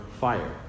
fire